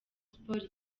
sports